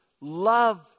love